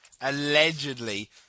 allegedly